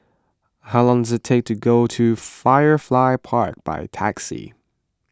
how long does it take to go to Firefly Park by taxi